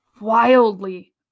wildly